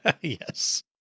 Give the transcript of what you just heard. Yes